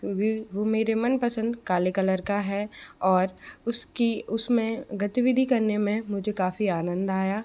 क्योंकि वो मेरे मन पसंद काले कलर का है और उसकी उस में गतिविधि करने में मुझे काफ़ी आनंद आया